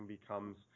becomes